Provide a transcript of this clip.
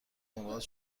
ملاقات